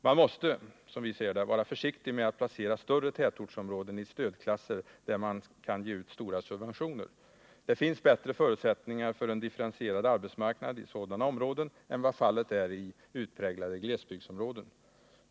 Man måste, som vi ser det, vara försiktig med att placera större tätortsområden i stödklasser med stora subventioner. Det finns bättre förutsättningar för en differentierad arbetsmarknad i sådana områden än vad fallet är i utpräglade glesbygdsområden.